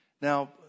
Now